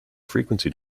frequency